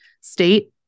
state